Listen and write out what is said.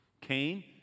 Cain